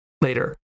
later